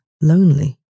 lonely